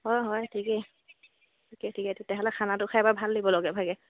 হয় হয় ঠিকেই ঠিকে ঠিকে তেতিয়াহ'লে খানাটো খাই এইবাৰ ভাল লাগিব লগে ভাগে